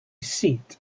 seat